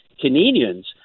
Canadians